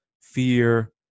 fear